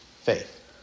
faith